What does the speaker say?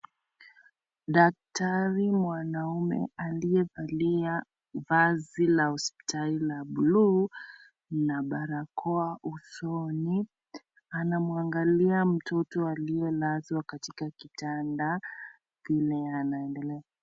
Daktari mwanaume aliyevalia vazi la hospitali ya buluu na barakoa usoni. Anamwangalia mtoto aliyelazwa katika kitanda vile anaendelea.